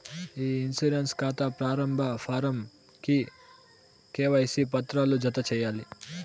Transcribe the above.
ఇ insurance కాతా ప్రారంబ form కి కేవైసీ పత్రాలు జత చేయాలి